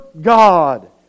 God